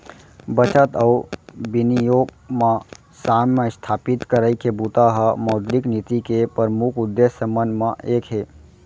बचत अउ बिनियोग म साम्य इस्थापित करई के बूता ह मौद्रिक नीति के परमुख उद्देश्य मन म एक हे